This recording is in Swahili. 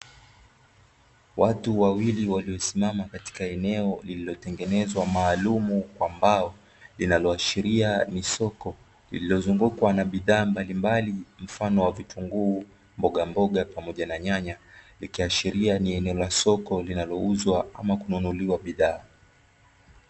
Watu wawili walio simama katika eneo lililotengenezwa maalumu kwa mbao, linaloashiria ni soko. Lililozungukwa na bidhaa mbalimbali mfano wa vitunguu, mbogamboga pamoja na nyanya, likiashiria ni eneo la soko linalouza ama kununuliwa bidhaa.